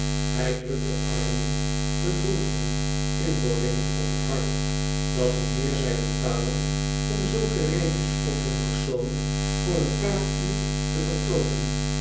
hij drukt den armen bedroefden inboorlingen op t hart dat hoe meer zij betalen om zulke reepjes op hun persoon voor een paar uur te vortoonen